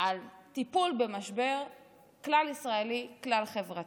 על טיפול במשבר כלל-ישראלי, כלל-חברתי.